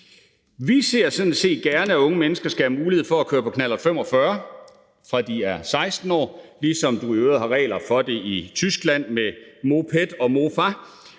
Vi ser sådan set gerne, at unge mennesker skal have mulighed for at køre på knallert 45, fra de er 16 år, ligesom de i øvrigt har regler for det i Tyskland, når det gælder moped og mofa.